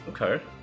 Okay